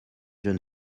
jeune